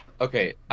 okay